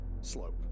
slope